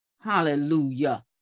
Hallelujah